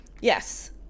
Yes